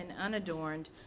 unadorned